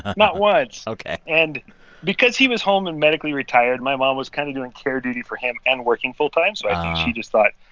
not once ok and because he was home and medically retired, my mom was kind of doing care duty for him and working full time. so i think she just thought,